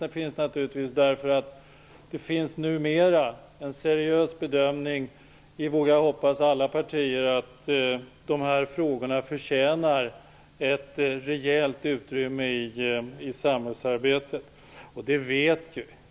Den finns därför att man numera gör den seriösa bedömningen i -- vågar jag hoppas -- alla partier, att de här frågorna förtjänar ett rejält utrymme i samhällsarbetet.